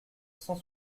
cent